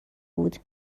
بود